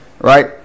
Right